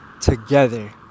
together